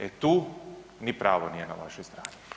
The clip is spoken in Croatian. E tu ni pravo nije na vašoj strani.